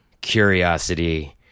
curiosity